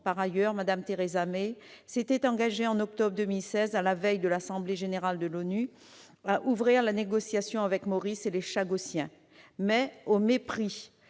Par ailleurs, Mme Theresa May s'était engagée en octobre 2016, à la veille de l'assemblée générale de l'ONU, à ouvrir la négociation avec Maurice et les Chagossiens. Toutefois, au mépris